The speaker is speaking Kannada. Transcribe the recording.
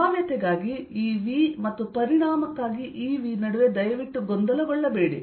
ಸಂಭಾವ್ಯತೆಗಾಗಿ ಈ V ಮತ್ತು ಪರಿಮಾಣಕ್ಕಾಗಿ ಈ V ನಡುವೆ ದಯವಿಟ್ಟು ಗೊಂದಲಗೊಳ್ಳಬೇಡಿ